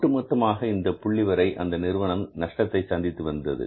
ஒட்டுமொத்தமாக இந்த புள்ளி வரை அந்த நிறுவனம் நஷ்டத்தை சந்தித்து வந்தது